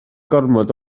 gormod